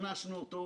הכנסנו אותו